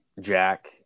Jack